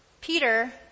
Peter